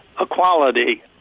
equality